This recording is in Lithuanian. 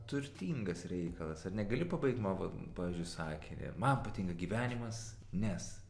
turtingas reikalas ar ne gali pabaigt mano va pavyzdžiui sakinį man patinka gyvenimas nes